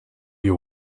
your